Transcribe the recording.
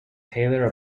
taylor